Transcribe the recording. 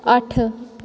अट्ठ